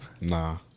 Nah